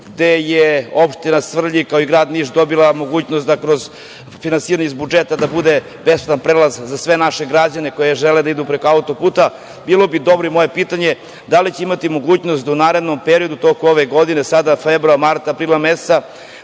gde je opština Svrljig kao i grad Niš dobila mogućnost da kroz finansiranje iz budžeta da bude besplatan prelaz za sve naše građane koji žele da idu preko auto-puta. Bilo bi dobro i moje pitanje da li će imati mogućnosti da u narednom periodu tokom ove godine, sada februara, marta, aprila meseca